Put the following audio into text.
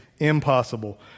impossible